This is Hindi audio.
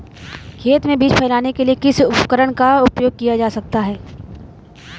खेत में बीज फैलाने के लिए किस उपकरण का उपयोग किया जा सकता है?